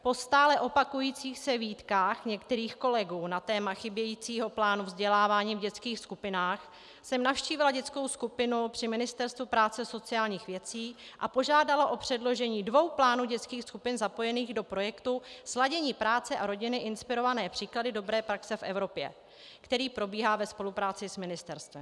Po stále opakujících se výtkách některých kolegů na téma chybějícího plánu vzdělávání v dětských skupinách jsem navštívila dětskou skupinu při Ministerstvu práce a sociálních věcí a požádala o předložení dvou plánů dětských skupin zapojených do projektu Sladění práce a rodiny, inspirované příklady dobré praxe v Evropě, který probíhá ve spolupráci s ministerstvem.